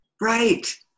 Right